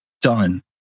done